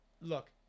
Look